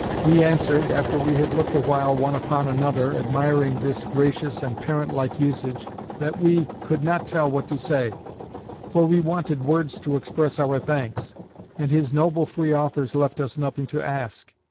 we answered, after we had looked awhile one upon another, admiring this gracious and parent-like usage that we could not tell what to say for we wanted words to express our thanks and his noble free offers left us nothing to ask.